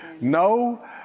no